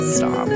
stop